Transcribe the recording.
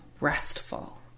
restful